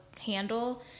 handle